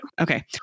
Okay